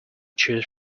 choose